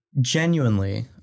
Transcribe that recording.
Genuinely